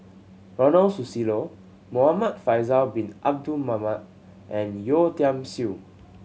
Ronald Susilo Muhamad Faisal Bin Abdul Manap and Yeo Tiam Siew